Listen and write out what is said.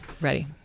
Ready